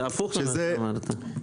זה הפוך ממה שאמרת.